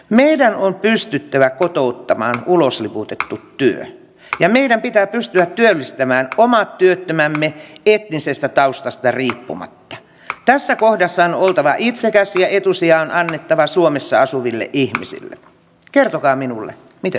meidän on pystyttävä kotouttamaan ulosliputettu työ ja meidän pitää pystyä työllistämään omat työttömämme etnisestä taustasta riippumatta tässä kohdassa on oltava ihmisen etusija on annettava suomessa asuviin ihmisiin ja kertokaa minulle miten